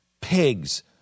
pigs